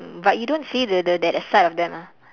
but you don't see the the that side of them ah